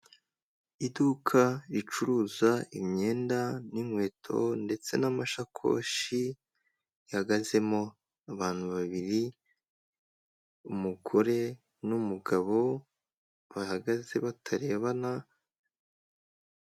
Iduka ricuruza imyenda n'inkweto ndetse n'amasakoshi, rihagazemo abantu babiri umugore n'umugabo, bahagaze batarebana,...